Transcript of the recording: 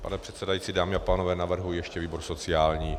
Pane předsedající, dámy a pánové, navrhuji ještě výbor sociální.